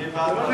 מי